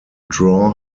draw